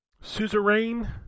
Suzerain